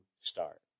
start